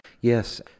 yes